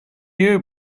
you